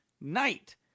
night